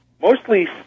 mostly